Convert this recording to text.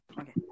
Okay